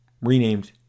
renamed